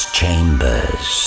chambers